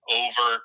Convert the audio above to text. over